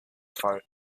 fall